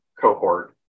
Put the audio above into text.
cohort